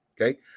Okay